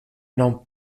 non